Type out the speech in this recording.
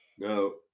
No